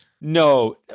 No